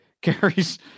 Carries